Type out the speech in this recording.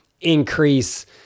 increase